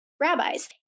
Rabbis